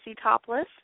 topless